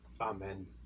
amen